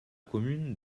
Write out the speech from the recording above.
commune